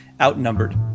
Outnumbered